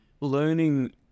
learning